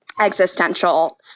existential